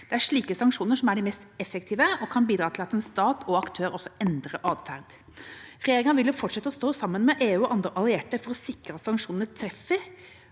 Det er slike sanksjoner som er de mest effektive og kan bidra til at en stat og aktør også endrer atferd. Regjeringa vil fortsette å stå sammen med EU og andre allierte for å sikre at sanksjonene treffer,